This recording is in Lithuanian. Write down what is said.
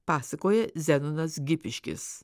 pasakoja zenonas gipiškis